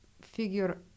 figure